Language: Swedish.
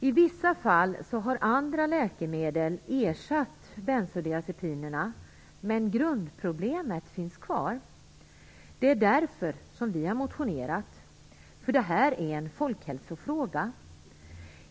I vissa fall har andra läkemedel ersatt bensodiazepinerna, men grundproblemet finns kvar. Det är därför som vi har motionerat, för detta är en folkhälsofråga.